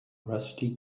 rusty